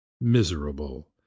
Miserable